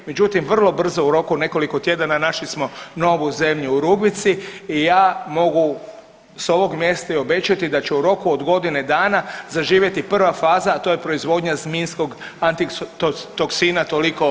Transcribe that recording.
Međutim, vrlo brzo u roku od nekoliko tjedana našli smo novu zemlju u Rugvici i ja mogu s ovog mjesta i obećati da ću u roku od godine dana zaživjeti prva faza, a to je proizvodnja zmijskog antitoksina toliko potrebnoga.